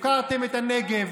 הפקרתם את הנגב,